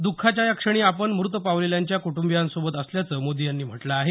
दुःखाच्या या क्षणी आपण मृत पावलेल्यांच्या कुटुंबियांसोबत असल्याचं मोदी यांनी म्हटलं आहे